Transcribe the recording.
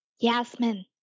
Yasmin